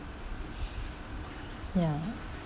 ya